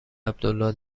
عبدالله